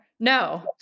No